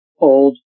Old